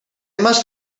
must